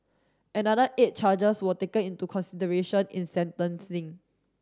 another eight charges were taken into consideration in sentencing